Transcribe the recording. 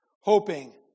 hoping